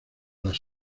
las